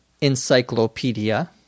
encyclopedia